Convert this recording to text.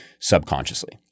subconsciously